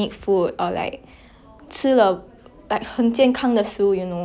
cause nowadays everything is fast fast fast what so you want to eat